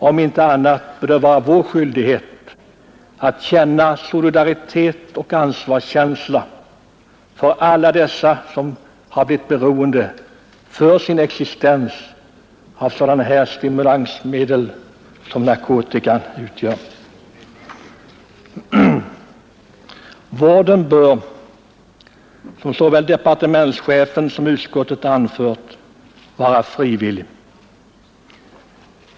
Om inte annat bör det vara vår skyldighet att känna solidaritet och ansvar för alla dessa som för sin existens har blivit beroende av narkotika. Vården bör enligt såväl departementschefen som utskottet vara frivillig.